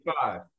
five